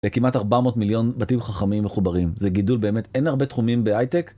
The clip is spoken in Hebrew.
כמעט 400 מיליון בתים חכמים מחוברים, זה גידול באמת, אין הרבה תחומים באייטק.